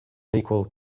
unequal